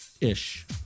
Ish